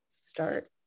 start